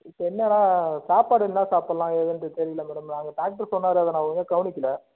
இப்போ என்னென்னா சாப்பாடு என்ன சாப்பிட்லாம் ஏதுன்ட்டு தெரியல மேடம் அங்கே டாக்ட்ரு சொன்னார் அதை நான் ஒழுங்காக கவனிக்கலை